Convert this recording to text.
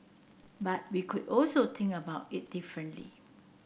but we could also think about it differently